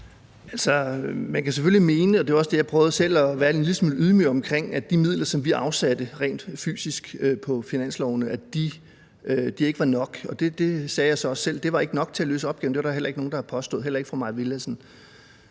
selv at være en lille smule ydmyg omkring – at de midler, som vi afsatte rent fysisk på finansloven, ikke var nok. Det sagde jeg så også selv ikke var nok til at løse opgaven, og det er der heller ikke nogen der har påstået,